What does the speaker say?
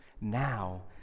now